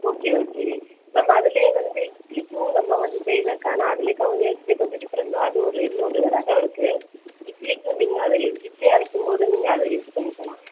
okay okay நம்ப அதுலையே வந்து இட்லிக்கும் நம்ம வந்து செய்யிறக்கான அதுல கவுனி அரிசியிலே கொஞ்சம் டிஃப்ரெண்டாக அது ஒரு இன்னோரு ரகம் இருக்கு இட்லிக்கும் நீங்கள் அதை இ இட்லி அறைக்கும்போது நீங்கள் அதை யூஸ் பண்ணிக்கலாம்